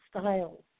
styles